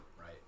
right